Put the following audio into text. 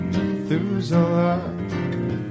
Methuselah